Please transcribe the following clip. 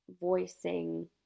voicing